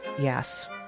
Yes